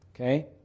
okay